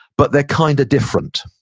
but they're kind of different.